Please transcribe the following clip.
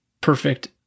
perfect